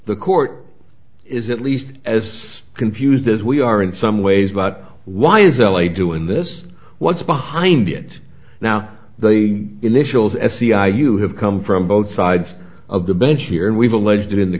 the court is at least as confused as we are in some ways about why is l a doing this what's behind it now the initials sci you have come from both sides of the bench here and we've alleged in the